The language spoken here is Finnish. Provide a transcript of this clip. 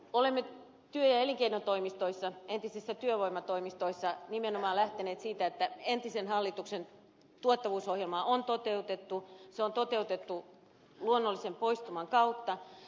olemme työ ja elinkeinotoimistoissa entisissä työvoimatoimistoissa nimenomaan lähteneet siitä että entisen hallituksen tuottavuusohjelmaa on toteutettu luonnollisen poistuman kautta